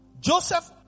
Joseph